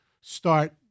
start